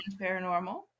Paranormal